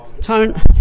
Tone